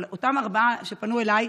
אבל אותם ארבעה שפנו אליי,